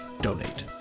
donate